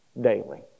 daily